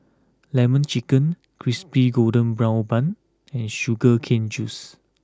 Lemon Chicken Crispy Golden Brown Bun and Sugar Cane Juice